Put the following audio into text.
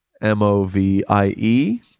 M-O-V-I-E